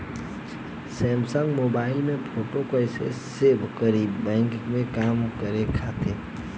Samsung mobile में photo कैसे save करीं बैंक के काम खातिर?